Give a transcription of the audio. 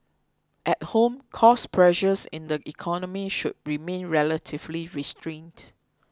at home cost pressures in the economy should remain relatively restrained